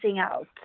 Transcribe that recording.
out